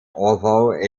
although